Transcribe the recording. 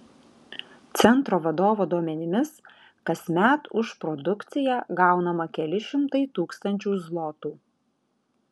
centro vadovo duomenimis kasmet už produkciją gaunama keli šimtai tūkstančių zlotų